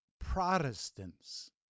Protestants